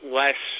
less